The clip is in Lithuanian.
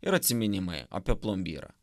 ir atsiminimai apie plombyrą